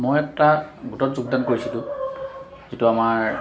মই এটা গোটত যোগদান কৰিছিলোঁ যিটো আমাৰ